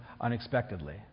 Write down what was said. unexpectedly